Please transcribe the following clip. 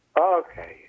Okay